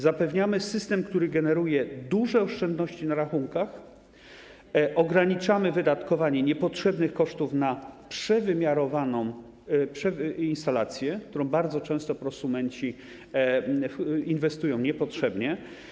Zapewniamy system, który generuje duże oszczędności na rachunkach, ograniczamy wydatkowanie niepotrzebnych kosztów na przewymiarowaną instalację, w którą bardzo często prosumenci inwestują niepotrzebnie.